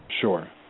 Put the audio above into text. Sure